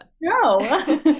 no